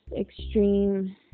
extreme